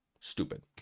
stupid